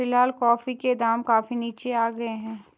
फिलहाल कॉफी के दाम काफी नीचे आ गए हैं